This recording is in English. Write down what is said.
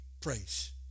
praise